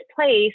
place